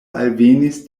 alvenis